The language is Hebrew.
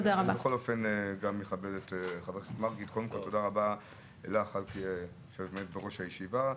קודם כל, תודה רבה לך שאת עומדת בראש הישיבה,